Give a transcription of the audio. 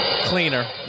Cleaner